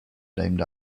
named